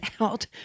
out